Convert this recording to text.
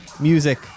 Music